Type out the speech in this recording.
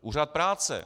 Úřad práce.